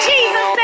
Jesus